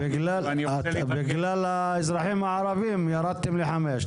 בגלל האזרחים הערבים ירדתם לחמש,